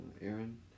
Aaron